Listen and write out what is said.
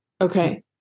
Okay